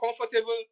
comfortable